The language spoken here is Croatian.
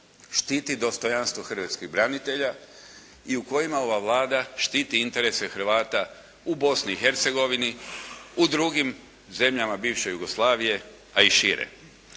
štiti dostojanstvo hrvatskih branitelja i u kojima ova Vlada štiti interese Hrvata u Bosni i Hercegovini, u drugim zemljama bivše Jugoslavije a i šire.